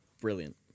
Brilliant